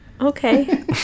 Okay